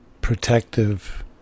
protective